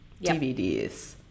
DVDs